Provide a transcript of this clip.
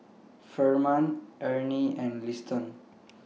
Ferman Ernie and Liston